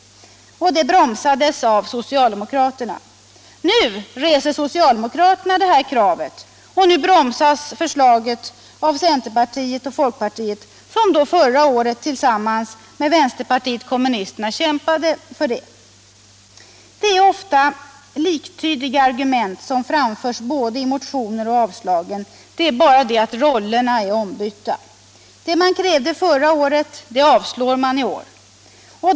Och det bromsades av socialdemokraterna. Nu reser socialdemokraterna det här kravet, och nu bromsas förslaget av centern och folkpartiet, som förra året tillsammans med vpk kämpade för det. Det är ofta liktydiga argument som framförs både i motionerna och i avslagen — det är bara det att rollerna är ombytta. Det man krävde förra året avslår man nu.